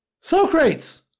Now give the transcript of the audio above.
socrates